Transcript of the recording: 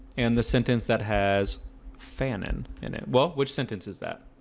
and the sentence that has fanon in it. well, which sentence is that?